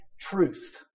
truth